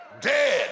dead